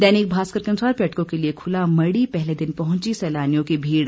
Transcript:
दैनिक भास्कर के अनुसार पर्यटकों के लिये खुला मढ़ी पहले दिन पहुंची सैलानियों की भीड़